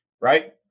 right